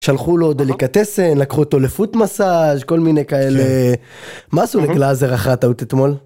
שלחו לו דליקטסן לקחו אותו לפוטמסאז' כל מיני כאלה. מה עשו לגלאזר אחת אותו אתמול?